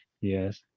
yes